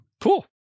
cool